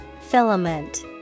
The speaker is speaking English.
Filament